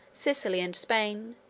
sicily, and spain,